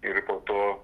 ir po to